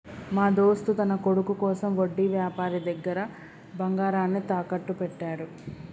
మా దోస్త్ తన కొడుకు కోసం వడ్డీ వ్యాపారి దగ్గర బంగారాన్ని తాకట్టు పెట్టాడు